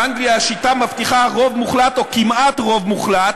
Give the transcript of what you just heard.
באנגליה השיטה מבטיחה רוב מוחלט או כמעט רוב מוחלט,